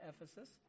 Ephesus